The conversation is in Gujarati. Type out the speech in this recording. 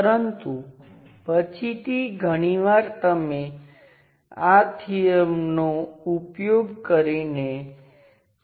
જે વ્યક્તિએ તેનો પ્રસ્તાવ મૂક્યો તેના નામ પરથી તેને થેવનીન થિયર્મ કહેવામાં આવે છે